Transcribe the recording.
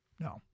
No